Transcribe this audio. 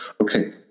okay